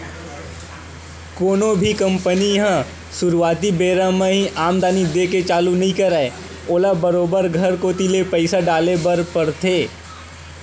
कोनो भी कंपनी ह सुरुवाती बेरा म ही आमदानी देय के चालू नइ करय ओला बरोबर घर कोती ले पइसा डाले बर परथे